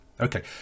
Okay